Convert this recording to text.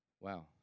wow